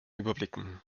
überblicken